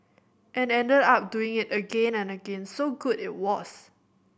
and ended up doing it again and again so good it was